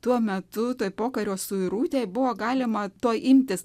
tuo metu toj pokario suirutėj buvo galima to imtis